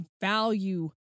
value